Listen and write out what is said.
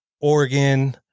Oregon